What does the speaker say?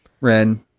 Ren